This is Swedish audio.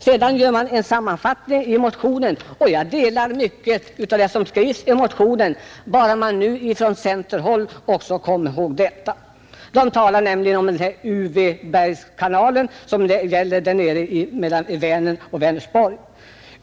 Sedan gör man en sammanfattning. Jag delar mycket av de uppfattningar som skrivs i motionen, bara man nu från centerhåll också kommer ihåg det. Man talar nämligen om den s.k. UV-bergkanalen mellan Vänern och Uddevalla.